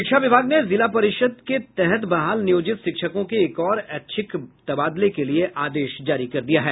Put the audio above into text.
शिक्षा विभाग ने जिला परिषद के तहत बहाल नियोजित शिक्षकों के एक और ऐच्छिक तबादले के लिये आदेश जारी कर दिया है